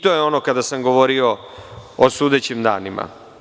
To je ono kada sam govorio o sudećim danima.